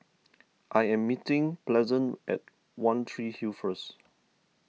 I am meeting Pleasant at one Tree Hill first